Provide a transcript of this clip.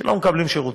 שלא מקבלים שירותים.